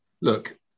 Look